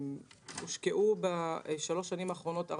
הושקעו בשלוש השנים האחרונות יותר